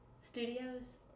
Studios